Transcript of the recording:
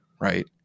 right